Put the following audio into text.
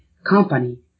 company